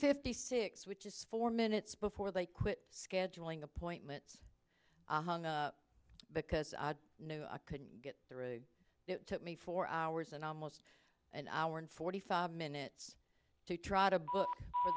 fifty six which is four minutes before they quit scheduling appointments because i knew i couldn't get through it took me four hours and almost an hour and forty five minutes to try to book